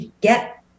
get